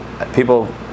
People